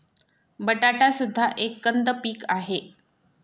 बटाटा सुद्धा एक कंद पीक आहे